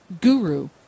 guru